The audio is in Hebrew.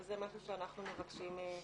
וזה משהו שאנחנו מבקשים.